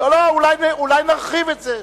אולי נרחיב את זה,